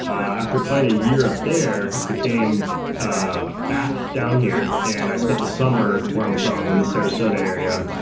after playing a year up there i came back down here and i spent the summer where i'm from in the sarasota area,